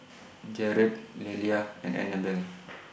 Jerad Lelia and Anabella